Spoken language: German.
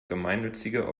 gemeinnützige